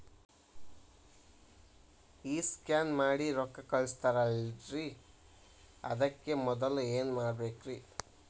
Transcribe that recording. ಈ ಸ್ಕ್ಯಾನ್ ಮಾಡಿ ರೊಕ್ಕ ಕಳಸ್ತಾರಲ್ರಿ ಅದಕ್ಕೆ ಮೊದಲ ಏನ್ ಮಾಡ್ಬೇಕ್ರಿ?